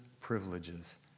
privileges